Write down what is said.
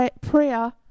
prayer